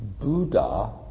Buddha